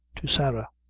to sarah.